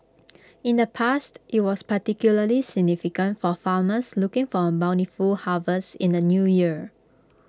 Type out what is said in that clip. in the past IT was particularly significant for farmers looking for A bountiful harvest in the New Year